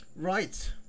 Right